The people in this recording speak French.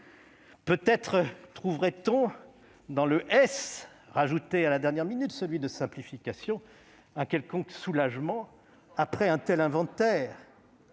Peut-être trouvera-t-on dans le « S » ajouté à la dernière minute- la simplification -un quelconque soulagement après un tel inventaire